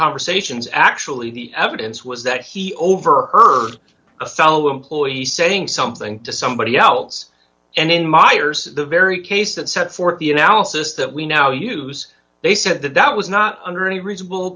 conversations actually the evidence was that he overheard a fellow employee saying something to somebody else and in miers the very case that set forth the analysis that we now use they said that that was not under any reasonable